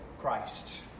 Christ